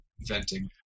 venting